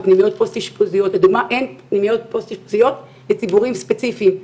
בפנימיות פוסט אשפוזיות אין פנימיות פוסט אשפוזיות לציבורים ספציפיים.